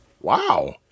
wow